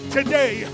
Today